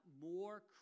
more